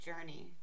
journey